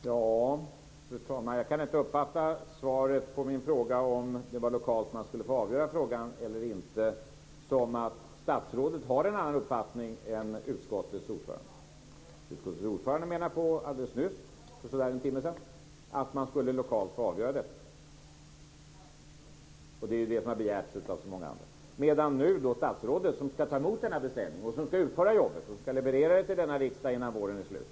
Fru talman! Jag kan inte uppfatta svaret, om ifall man skulle få avgöra frågan lokalt eller inte, på annat sätt än att statsrådet har en annan uppfattning än utskottets ordförande. Hon sade för en timme sedan att man skulle avgöra detta lokalt, och det är ju det som har begärts. Statsrådet är den som ska ta emot denna beställning, den som ska utföra jobbet och den som ska leverera förslaget till denna riksdag innan våren är slut.